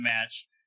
match